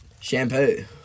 shampoo